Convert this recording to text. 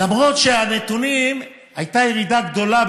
למרות הנתונים הייתה ירידה גדולה.